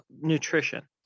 nutrition